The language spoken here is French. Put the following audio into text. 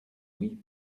puis